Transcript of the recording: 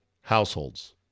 households